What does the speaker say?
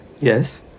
Yes